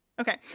Okay